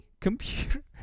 computer